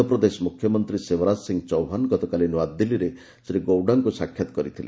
ମଧ୍ୟପ୍ରଦେଶ ମୁଖ୍ୟମନ୍ତ୍ରୀ ଶିବରାଜ ସିଂହ ଚୌହାନ ଗତକାଲି ନୂଆଦିଲ୍ଲୀରେ ଶ୍ରୀ ଗୌଡ଼ାଙ୍କୁ ସାକ୍ଷାତ କରିଥିଲେ